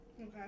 Okay